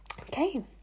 Okay